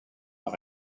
par